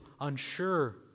unsure